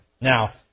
Now